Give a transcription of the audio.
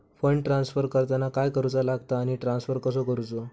Fund transfer करताना काय करुचा लगता आनी ट्रान्स्फर कसो करूचो?